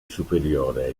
superiore